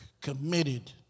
committed